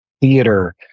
theater